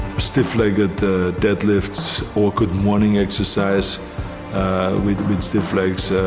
stiff legged deadlifts, or good morning exercise with with stiff legs,